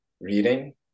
reading